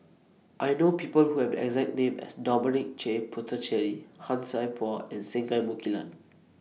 I know People Who Have The exact name as Dominic J Puthucheary Han Sai Por and Singai Mukilan